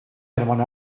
anyone